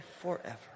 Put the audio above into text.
forever